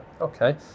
Okay